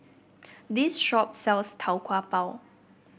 this shop sells Tau Kwa Pau